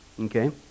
Okay